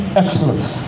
excellence